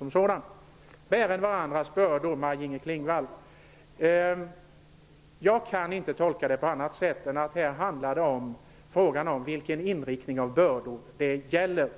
Vad beträffar att bära varandras bördor, Maj-Inger Klingvall, kan jag inte tolka det på annat sätt än att det här handlar om vilken inriktning det gäller.